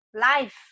life